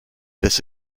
this